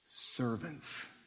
Servants